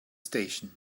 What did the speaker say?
station